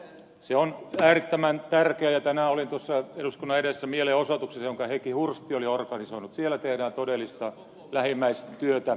lähimmäisenrakkaus on äärettömän tärkeää ja tänään olin tuossa eduskuntatalon edessä mielenosoituksessa jonka heikki hursti oli organisoinut siellä tehdään todellista lähimmäistyötä